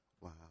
Wow